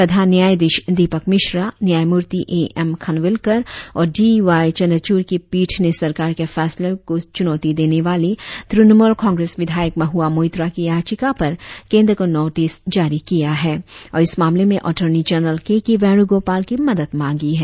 प्रधान न्यायाधीश दीपक मिश्रा न्यायमूर्ति A M Khanwilkar और डी वाई चंद्रचूड़ की पीठ ने सरकार के फैसले को चुनौती देने वाली तृणमूल कांग्रेस विधायक महुआ मोइत्रा की याचिका पर केंद्र को नोटिस जारी किया है और इस मामले में attorney general K K Venugopal की मदद मांगी है